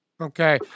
Okay